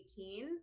2018